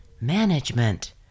management